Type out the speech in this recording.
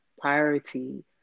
priority